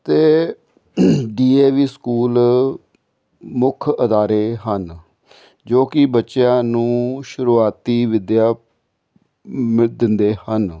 ਅਤੇ DAV school ਮੁੱਖ ਅਦਾਰੇ ਹਨ ਜੋ ਕਿ ਬੱਚਿਆਂ ਨੂੰ ਸ਼ੁਰੂਆਤੀ ਵਿੱਦਿਆ ਦਿੰਦੇ ਹਨ